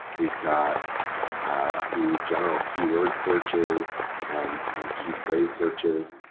we've got a few general keyword searches and and key phrase searches,